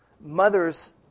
Mother's